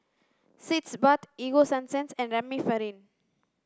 Sitz Bath Ego Sunsense and Remifemin